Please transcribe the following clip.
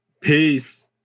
Peace